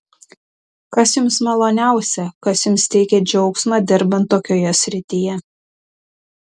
kas jums maloniausia kas jums teikią džiaugsmą dirbant tokioje srityje